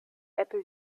apple